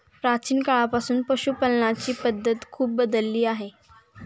प्राचीन काळापासून पशुपालनाची पद्धत खूप बदलली आहे